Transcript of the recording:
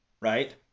right